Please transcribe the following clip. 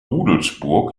rudelsburg